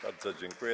Bardzo dziękuję.